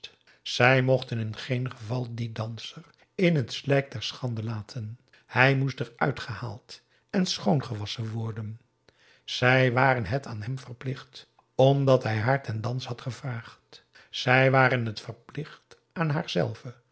zij mochten in geen geval dien danser in het slijk der schande laten hij moest eruit gehaald en schoongewasschen worden zij waren het aan hem verplicht omdat hij haar ten dans had gevraagd zij waren het verplicht aan